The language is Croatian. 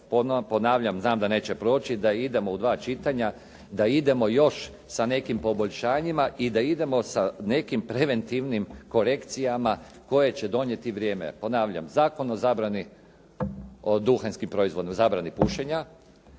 ponavljam znam da neće proći da idemo u dva čitanja, da idemo još sa nekim poboljšanjima i da idemo sa nekim preventivnim korekcijama koje će donijeti vrijeme. Ponavljam, Zakon o zabrani, o duhanskim proizvodima, o zabrani pušenja